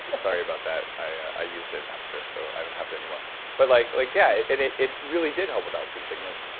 sorry about that. i used it after so i don't have it anymore but like like yeah it anymore. it it really did help with altitude sickness.